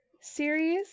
series